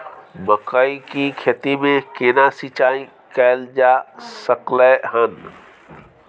मकई की खेती में केना सिंचाई कैल जा सकलय हन?